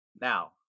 Now